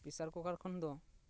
ᱯᱮᱥᱟᱨ ᱠᱩᱠᱟᱨ ᱠᱷᱚᱱ ᱫᱚ